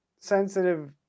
sensitive